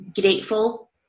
grateful